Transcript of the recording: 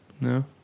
No